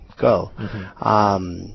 go